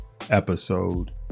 episode